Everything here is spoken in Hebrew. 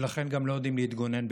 ולכן גם לא יודעים להתגונן מפניו.